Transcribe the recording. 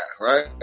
right